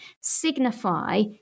signify